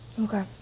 Okay